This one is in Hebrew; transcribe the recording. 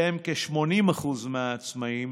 שהם כ-80% מהעצמאים,